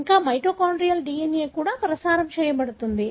ఇంకా mitochondrial DNA కూడా ప్రసారం చేయబడుతుంది